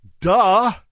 Duh